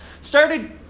started